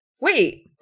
Wait